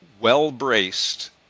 well-braced